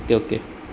okay okay